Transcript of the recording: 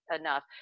enough